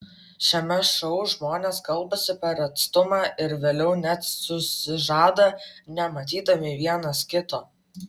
šiame šou žmonės kalbasi per atstumą ir vėliau net susižada nematydami vienas kito